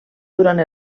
durant